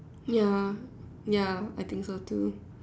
ya ya I think so too